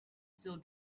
still